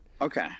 okay